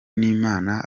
n’imana